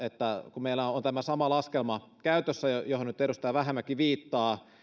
kun meillä on tämä sama laskelma käytössä johon nyt edustaja vähämäki viittaa